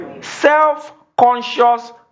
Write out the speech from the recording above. Self-conscious